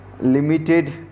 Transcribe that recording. limited